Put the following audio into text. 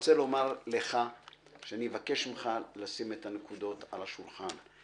אבקש ממך לשים את הנקודות על השולחן.